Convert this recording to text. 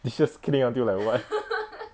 it's just clean until like [what]